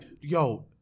Yo